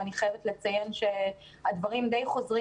אני חייבת לציין שהדברים האלה חוזרים